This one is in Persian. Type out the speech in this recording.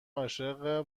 عاشق